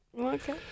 okay